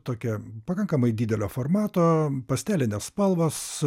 tokia pakankamai didelio formato pastelinės spalvos